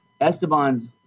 Esteban's